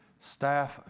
staff